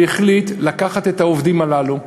והחליט לקחת את העובדים הללו,